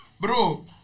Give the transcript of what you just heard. Bro